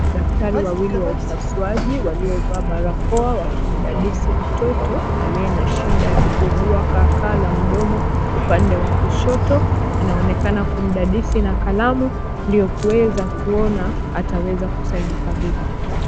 Daktari wawili wa upasuaji waliovaa barakoa wakimdadisi mtoto aliye na shida ya kuugua kaakaa la mdomo. Upande wa kushoto anaonekana kumdadisi na kalamu ndio kuweza kuona ataweza kusaidika vipi.